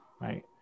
right